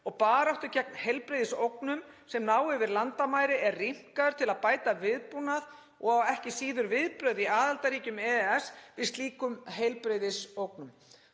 og baráttu gegn heilbrigðisógnum sem ná yfir landamæri er rýmkaður til að bæta viðbúnað og ekki síður viðbrögð í aðildarríkjum EES við slíkum heilbrigðisógnum.